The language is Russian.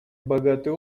богатый